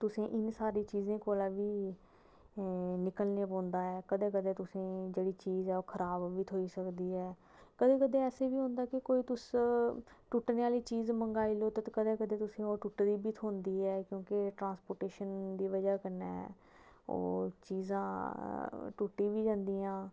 तुसे इनें सारी चीजां कोला बी निकलने पौंदा ऐ कदें कदें तुसेंगी जेहडी चीज ऐ ओह् खराब बी थ्होई सकदी ऐ कदें कदें ऐसा बी होंदा कि तुस टुटने आहली चीज मंगवाई लेओ ते कदें ओह् तुसेंगी टुटे दी बी थ्होंदी ऐ ट्रांसपोटेशन दी बजह कन्नै ओह् चीजां टुट्टी बी जंदियां